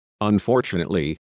Unfortunately